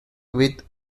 with